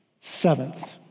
seventh